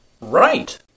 Right